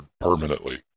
permanently